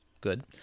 good